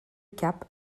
cap